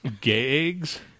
Gags